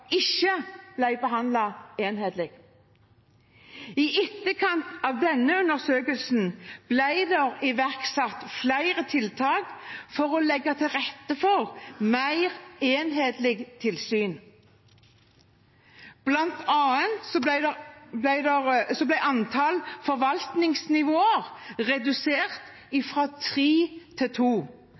ikke ble behandlet enhetlig. I etterkant av denne undersøkelsen ble det iverksatt flere tiltak for å legge til rette for mer enhetlige tilsyn. Blant annet ble antallet forvaltningsnivåer redusert fra tre til to,